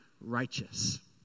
righteous